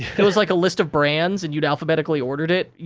it was, like, a list of brands and you'd alphabetically ordered it, yeah